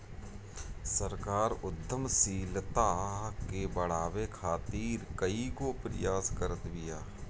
सरकार उद्यमशीलता के बढ़ावे खातीर कईगो प्रयास करत बिया